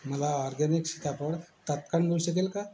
मला ऑरगॅनिक सीताफळ तात्काळ मिळू शकेल का